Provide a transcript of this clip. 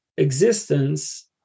existence